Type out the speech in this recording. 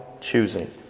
choosing